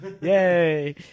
Yay